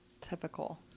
Typical